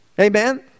Amen